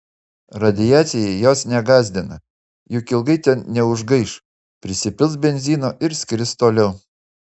radiacija jos negąsdina juk ilgai ten neužgaiš prisipils benzino ir skris toliau